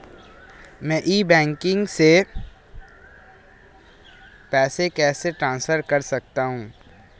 मैं e banking से पैसे कैसे ट्रांसफर कर सकता हूं?